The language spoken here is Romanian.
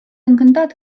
încântat